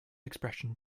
expression